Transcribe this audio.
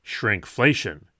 Shrinkflation